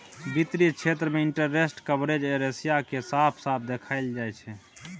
वित्त क्षेत्र मे इंटरेस्ट कवरेज रेशियो केँ साफ साफ देखाएल जाइ छै